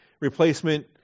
replacement